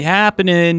happening